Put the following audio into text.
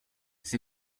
she